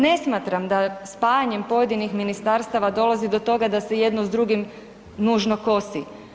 Ne smatram da spajanjem pojedinih ministarstava dolazi do toga da se jedno s drugim nužno kosi.